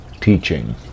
teaching